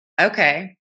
Okay